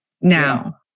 now